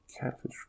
Catfish